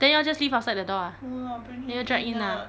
then you all just leave outside the door ah then you all drag in ah